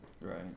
Right